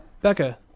Becca